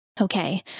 Okay